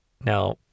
Now